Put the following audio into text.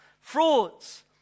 Frauds